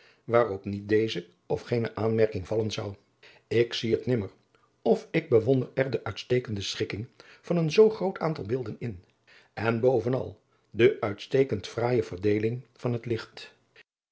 waarop niet deze of gene aanmerking vallen zou ik zie het nimmer of ik bewonder er de uitmuntende schikking van een zoo groot aantal beelden in en bovenal de uitstekend fraaije verdeeling van het licht